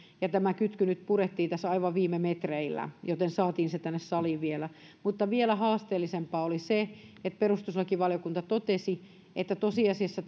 ja tämä kytky nyt purettiin tässä aivan viime metreillä joten saatiin se tänne saliin vielä mutta vielä haasteellisempaa oli se että perustuslakivaliokunta totesi että tosiasiassa